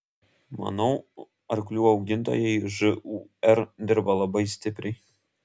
manau arklių augintojai žūr dirba labai stipriai